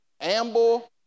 Amble